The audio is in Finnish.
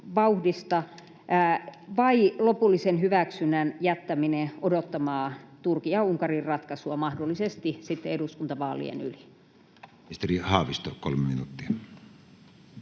vai lopullisen hyväksynnän jättäminen odottamaan Turkin ja Unkarin ratkaisua, mahdollisesti sitten eduskuntavaalien yli. Ministeri Haavisto, kolme minuuttia.